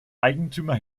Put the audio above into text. eigentümer